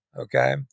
Okay